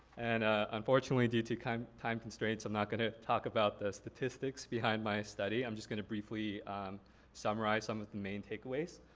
and unfortunately due to kind of time constraints i'm not gonna talk about the statistics behind my study. i'm just gonna briefly summarize some of the main takeaways.